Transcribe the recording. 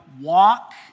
walk